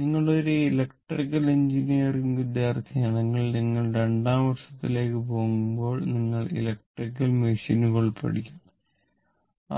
നിങ്ങൾ ഒരു electrical engineering വിദ്യാർത്ഥിയാണെങ്കിൽ നിങ്ങൾ രണ്ടാം വർഷത്തിലേക്ക് പോകുമ്പോൾ നിങ്ങൾ ഇലക്ട്രിക്കൽ മെഷീനുകൾ പഠിക്കും